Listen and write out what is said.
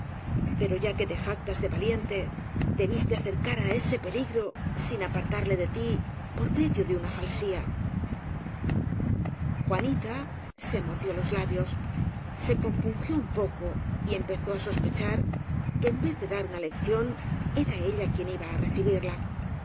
pero ya que te jactas de valiente debiste hacer cara á ese peligro sin apartarle de tí por medio de una falsía juanita se mordió los labios se compungió un poco y empezó á sospechar que en vez de dar una lección era ella quien iba á recibirla